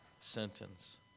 sentence